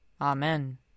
Amen